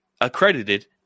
accredited